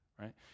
right